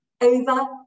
over